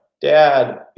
Dad